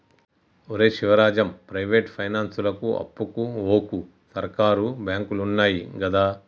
ఒరే శివరాజం, ప్రైవేటు పైనాన్సులకు అప్పుకు వోకు, సర్కారు బాంకులున్నయ్ గదా